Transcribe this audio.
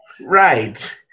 Right